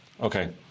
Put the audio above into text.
Okay